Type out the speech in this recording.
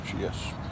yes